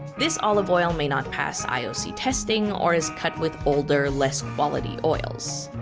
this olive oil may not pass ioc testing or is cut with older, less quality oils.